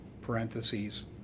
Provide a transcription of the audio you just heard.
parentheses